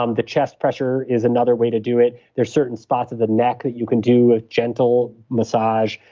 um the chest pressure is another way to do it. there's certain spots of the neck that you can do a gentle massage,